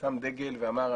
שם דגל ואמר,